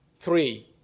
three